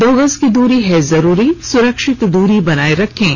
दो गज की दूरी है जरूरी सुरक्षित दूरी बनाए रखें